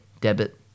debit